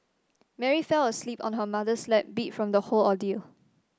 Mary fell asleep on her mother's lap beat from the whole ordeal